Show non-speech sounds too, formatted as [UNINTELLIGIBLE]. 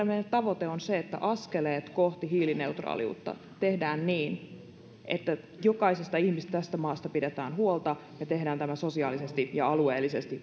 [UNINTELLIGIBLE] meidän tavoitteemme on se että askeleet kohti hiilineutraaliutta tehdään niin että jokaisesta ihmisestä tässä maassa pidetään huolta ja tehdään tämä sosiaalisesti ja alueellisesti